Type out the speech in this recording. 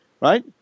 right